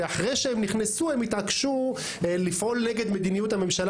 זה אחרי שהם נכנסו הם התעקשו לפעול נגד מדיניות הממשלה